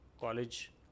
college